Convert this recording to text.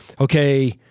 okay